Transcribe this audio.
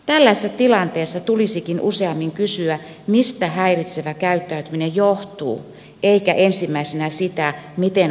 tällaisessa tilanteessa tulisikin useammin kysyä mistä häiritsevä käyttäytyminen johtuu eikä ensimmäisenä sitä miten oppilasta rangaistaan